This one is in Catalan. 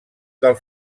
del